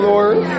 Lord